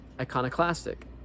iconoclastic